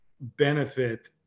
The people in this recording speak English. benefit